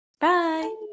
bye